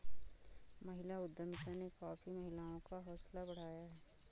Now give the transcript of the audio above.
महिला उद्यमिता ने काफी महिलाओं का हौसला बढ़ाया है